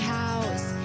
house